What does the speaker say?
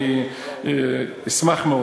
אני אשמח מאוד.